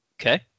Okay